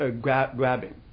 grabbing